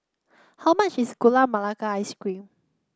how much is Gula Melaka Ice Cream